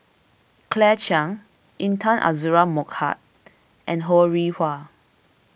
Claire Chiang Intan Azura Mokhtar and Ho Rih Hwa